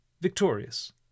victorious